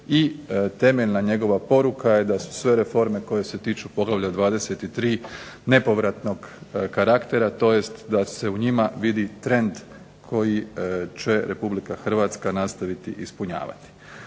i temeljna njegova poruka je da su sve reforme koje se tiču poglavlja 23. nepovratnog karaktera tj. da se u njima vidi trend koji će Republika Hrvatska nastaviti ispunjavati.